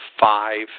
five